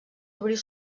obrir